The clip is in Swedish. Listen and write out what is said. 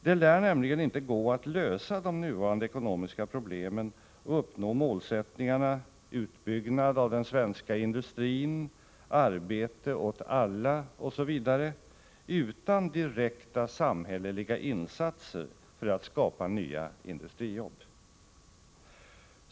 Det lär nämligen inte gå att lösa de nuvarande ekonomiska problemen och uppnå målsättningarna utbyggnad av den svenska industrin, arbete åt alla, osv. utan direkta samhälleliga insatser för att skapa nya industrijobb.